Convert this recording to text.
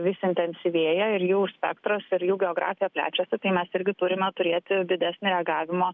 vis intensyvėja ir jų spektras ir jų geografija plečiasi tai mes irgi turime turėti didesnį reagavimo